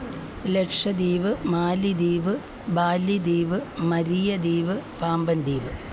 ലക്ഷദ്വീപ് മാലിദ്വീപ് ബാലിദ്വീപ് മരിയദ്വീപ് പാമ്പൻ ദ്വീപ്